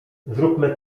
zróbmy